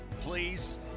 please